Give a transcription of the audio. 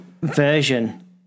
version